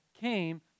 Came